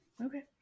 okay